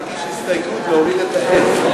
את יכולה להגיש הסתייגות להוריד את ה"את".